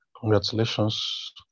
Congratulations